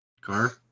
Car